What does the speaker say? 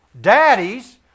Daddies